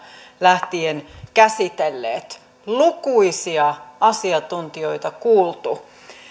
lähtien käsitelleet lukuisia asiantuntijoita on kuultu